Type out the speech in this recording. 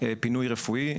פינוי רפואי,